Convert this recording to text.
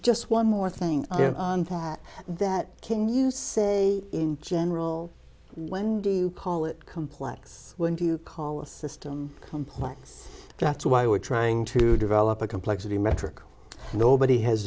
just one more thing on thought that can you say in general when do you call it complex when do you call a system complex that's why we're trying to develop a complexity metric nobody has